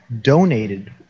donated